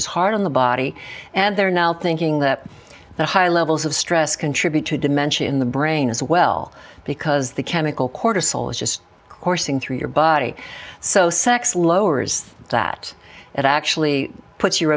is hard on the body and they're now thinking that the high levels of stress contribute to dementia in the brain as well because the chemical cortisol is just coursing through your body so sex lowers that it actually puts your